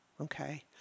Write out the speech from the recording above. okay